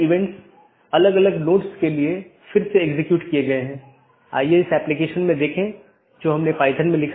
अगर हम पिछले व्याख्यान या उससे पिछले व्याख्यान में देखें तो हमने चर्चा की थी